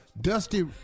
Dusty